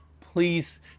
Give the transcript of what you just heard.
Please